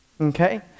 okay